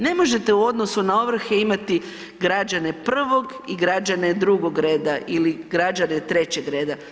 Ne možete u odnosu na ovrhe imati građane prvog i građane drugog reda ili građane trećeg reda.